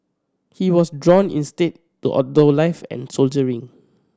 he was drawn instead to outdoor life and soldiering